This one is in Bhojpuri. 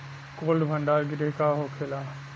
कोल्ड भण्डार गृह का होखेला?